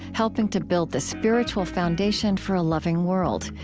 helping to build the spiritual foundation for a loving world.